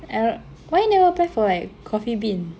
eh why you never apply for like Coffee Bean